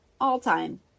all-time